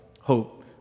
hope